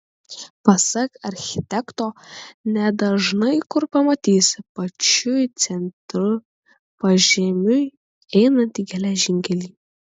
pasak architekto nedažnai kur pamatysi pačiu centru pažemiui einantį geležinkelį